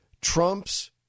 Trump's